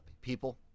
people